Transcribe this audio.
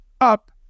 up